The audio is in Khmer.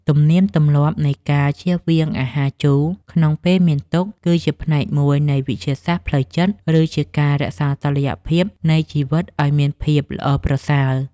ទំនៀមទម្លាប់នៃការជៀសវាងអាហារជូរក្នុងពេលមានទុក្ខគឺជាផ្នែកមួយនៃវិទ្យាសាស្ត្រផ្លូវចិត្ត ឬ ជាការរក្សាតុល្យភាពនៃជីវិតឱ្យមានភាពល្អប្រសើរ។